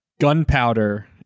gunpowder